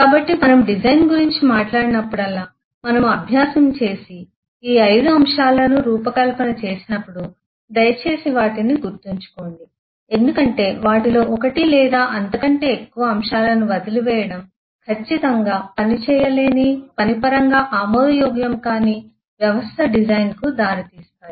కాబట్టి మనము డిజైన్ గురించి మాట్లాడినప్పుడల్లా మనము అభ్యాసం చేసి ఈ ఐదు అంశాలను రూపకల్పన చేసినప్పుడు దయచేసి వాటిని గుర్తుంచుకోండి ఎందుకంటే వాటిలో ఒకటి లేదా అంతకంటే ఎక్కువ అంశాలను వదిలివేయడం ఖచ్చితంగా పని చేయలేని పని పరంగా ఆమోదయోగ్యము కాని వ్యవస్థ డిజైన్కు దారి తీస్తాయి